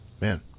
man